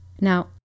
Now